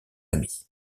amis